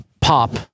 pop